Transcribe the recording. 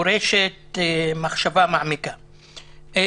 דורשת מחשבה מעמיקה.